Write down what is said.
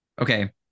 okay